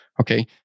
Okay